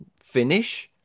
finish